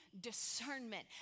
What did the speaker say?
discernment